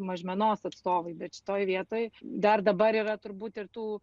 mažmenos atstovui bet šitoj vietoj dar dabar yra turbūt ir tų